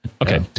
Okay